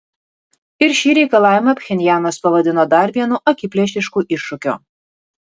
ir šį reikalavimą pchenjanas pavadino dar vienu akiplėšišku iššūkiu